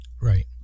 Right